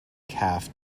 calf